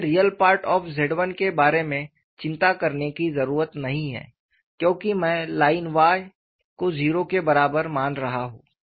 मुझे real part of Z 1 के बारे में चिंता करने की ज़रूरत नहीं है क्योंकि मैं लाइन y को 0 के बराबर मान रहा हूँ